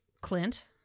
Clint